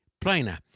plainer